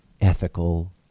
ethical